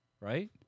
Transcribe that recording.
Right